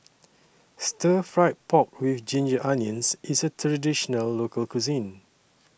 Stir Fried Pork with Ginger Onions IS A Traditional Local Cuisine